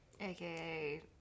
AKA